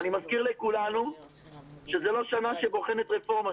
אני מזכיר לכולנו שזאת לא שנה שבוחנת רפורמה.